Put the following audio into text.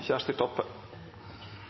Kjersti Toppe